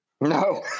No